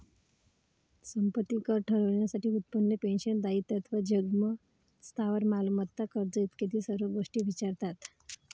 संपत्ती कर ठरवण्यासाठी उत्पन्न, पेन्शन, दायित्व, जंगम स्थावर मालमत्ता, कर्ज इत्यादी सर्व गोष्टी विचारतात